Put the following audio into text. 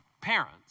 parents